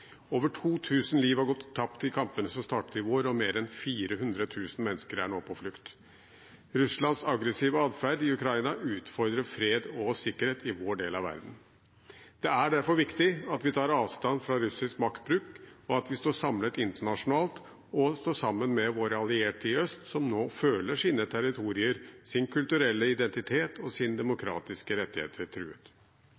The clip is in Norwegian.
Over 2 000 liv har gått tapt i kampene som startet i vår, og mer enn 400 000 mennesker er nå på flukt. Russlands aggressive atferd i Ukraina utfordrer fred og sikkerhet i vår del av verden. Det er derfor viktig at vi tar avstand fra russisk maktbruk, at vi står samlet internasjonalt, og at vi står sammen med våre allierte i øst som nå føler sine territorier, sin kulturelle identitet og